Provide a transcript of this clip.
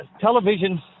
television